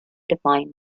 define